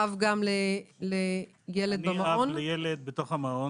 אני אב לילד במעון